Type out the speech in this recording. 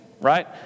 right